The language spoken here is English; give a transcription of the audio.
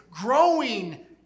Growing